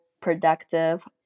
productive